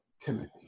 Timothy